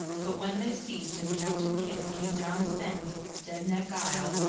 but when they ceased, and captain kidd came down the sands of dead neck isle,